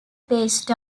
based